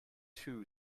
two